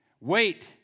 Wait